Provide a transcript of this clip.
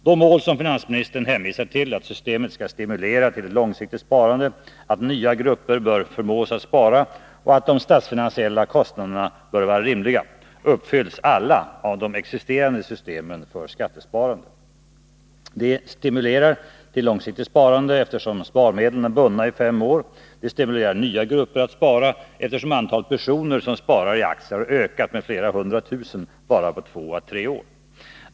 De mål som finansministern hänvisar till — att systemet skall stimulera till ett långsiktigt sparande, att nya grupper bör förmås att spara och att de statsfinansiella kostnaderna bör vara rimliga — uppfylls alla av det existerande systemet för skattesparande. Det stimulerar till långsiktigt sparande, eftersom sparmedlen är bundna i fem år. Det stimulerar nya grupper att spara, eftersom antalet personer som sparar i aktier har ökat med flera hundra tusen bara på två å tre år.